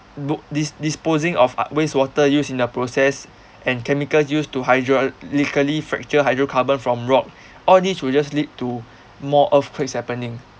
look dis~ disposing of uh wastewater used in the process and chemicals used to hydraulically fracture hydrocarbon from rock all these will just lead to more earthquakes happening